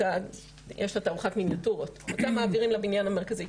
יש לה תערוכת מיניאטורות אותה מעבירים לבניין המרכזי,